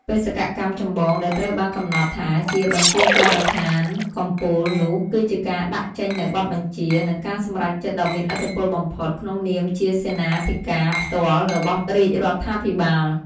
បេសកកម្មចម្បងដែលត្រូវបានកំណត់ថាជា បញ្ជាការដ្ឋានកំពូល នោះ គឺជាការដាក់ចេញនូវបទបញ្ជា និងការសម្រេចចិត្តដ៏មានឥទ្ធិពលបំផុត ក្នុងនាមជាសេនាធិការផ្ទាល់របស់រាជរដ្ឋាភិបាល។